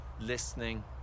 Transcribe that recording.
listening